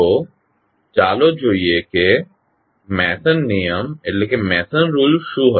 તો ચાલો જોઈએ કે મેસન નિયમ શું હતો